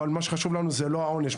אבל מה שחשוב זה לא העונש,